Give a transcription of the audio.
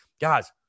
guys